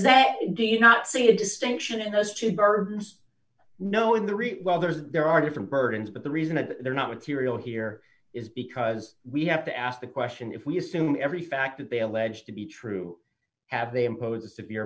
that do you not see the distinction in those two bar knowing the really well there is there are different burdens but the reason that they're not material here is because we have to ask the question if we assume every fact that they allege to be true have they impose a severe